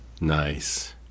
Nice